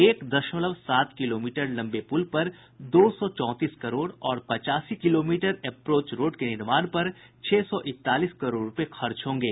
एक दशमलव सात किलोमीटर लम्बे पुल पर दो सौ चौंतीस करोड़ और पचासी किलोमीटर एप्रोच रोड के निर्माण पर छह सौ इकतालीस करोड़ रूपये खर्च होंगे